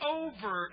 over